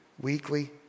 weekly